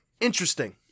interesting